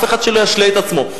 שאף אחד לא ישלה את עצמו.